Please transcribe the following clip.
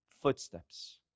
Footsteps